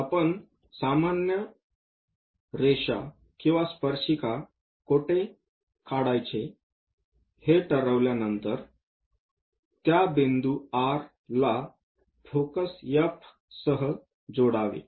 आपण सामान्य रेषा किंवा स्पर्शिका कोठे काढायचे हे ठरविल्यानंतर त्या बिंदू R ला फोकस F सह जोडावे